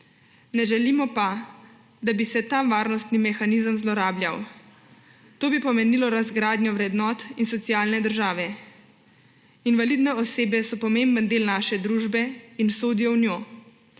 Ne želimo pa, da bi se ta varnostni mehanizem zlorabljal. To bi pomenilo razgradnjo vrednot in socialne države. Invalidne osebe so pomemben del naše družbe in sodijo v njo.